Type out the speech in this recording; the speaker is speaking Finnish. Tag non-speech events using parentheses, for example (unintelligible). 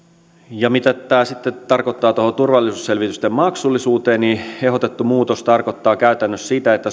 mitä tämä sitten tarkoittaa turvallisuusselvitysten maksullisuuteen liittyen ehdotettu muutos tarkoittaa käytännössä sitä että (unintelligible)